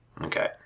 Okay